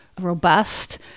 robust